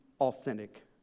authentic